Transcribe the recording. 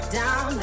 down